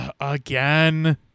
again